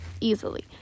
easily